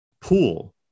pool